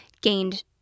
gained